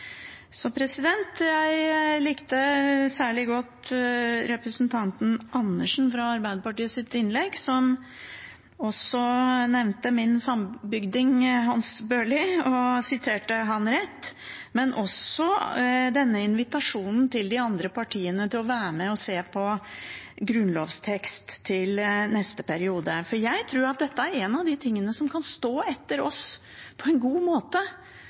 Jeg likte særlig godt innlegget fra representanten Andersen fra Arbeiderpartiet, som nevnte min sambygding Hans Børli og siterte ham rett, men også invitasjonen til de andre partiene om å være med og se på grunnlovstekst til neste periode. Jeg tror at dette er en av de tingene som kan stå etter oss på en god måte